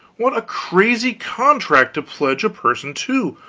what a crazy contract to pledge a person to!